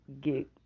get